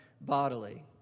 bodily